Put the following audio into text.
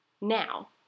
Now